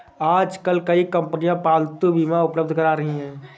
आजकल कई कंपनियां पालतू बीमा उपलब्ध करा रही है